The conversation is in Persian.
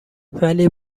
ولی